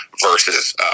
versus